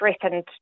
threatened